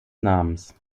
namens